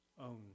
own